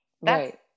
Right